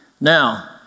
Now